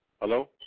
Hello